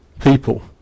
people